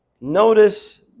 Notice